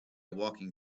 walking